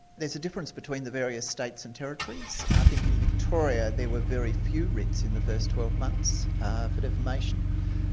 there's a difference between the various states and territories. i think in victoria there were very few writs in the first twelve months for defamation,